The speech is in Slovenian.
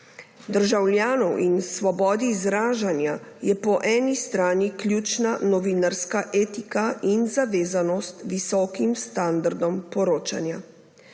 državljanov in svobodi izražanja je po eni strani ključna novinarska etika in zavezanost visokim standardom poročanja.